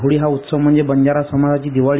होळी हा उत्सव म्हणजे बंजारा समाजाची दिवाळीच